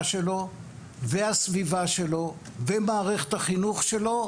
שלו והסביבה שלו ומערכת החינוך שלו